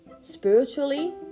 spiritually